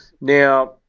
now